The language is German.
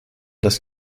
das